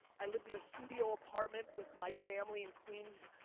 i lived in a studio apartment with my family in queens,